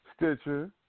Stitcher